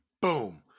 boom